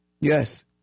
Yes